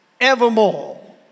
evermore